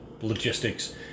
logistics